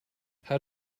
how